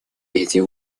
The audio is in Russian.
эти